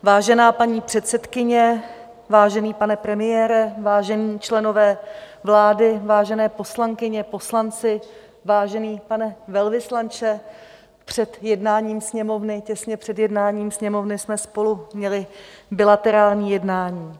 Vážená paní předsedkyně, vážený pane premiére, vážení členové vlády, vážené poslankyně, vážení poslanci, vážený pane velvyslanče, těsně před jednáním Sněmovny jsme spolu měli bilaterální jednání.